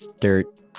dirt